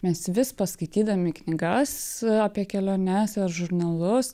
mes vis paskaitydami knygas apie keliones ar žurnalus